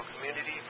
community